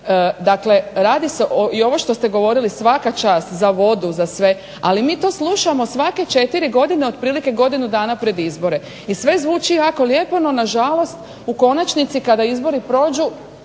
Dakle, radi se, ovo što ste govorili i za vodu, za sve, ali mi to slušamo svake 4 godine, otprilike godinu dana pred izbore i sve zvuči jako lijepo no na žalost u konačnici kada izbori prođu